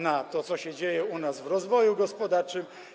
na to, co się dzieje u nas w rozwoju gospodarczym.